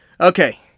Okay